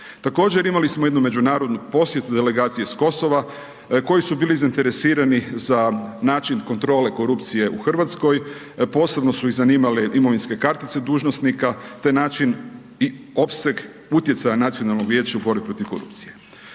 Također imali smo jednu međunarodnu posjetu, delegaciji iz Kosova, koji su bili zainteresirani za način kontrole korupcije u Hrvatskoj, posebno su ih zanimale imovinske kartice dužnosnika, te način i opseg utjecaja Nacionalnog vijeća u borbi protiv korupcije.